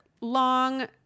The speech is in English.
long